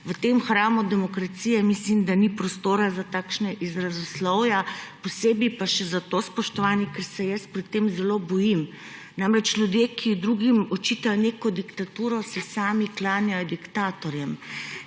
v tem hramu demokracije ni prostora za takšna izrazoslovja, posebej pa še zato, spoštovani, ker se jaz pri tem zelo bojim. Namreč ljudje, ki drugim očitajo neko diktaturo, se sami klanjajo diktatorjem.